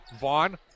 Vaughn